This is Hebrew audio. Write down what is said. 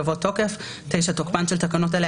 יבוא: "תוקף9.תוקפן של תקנות אלה,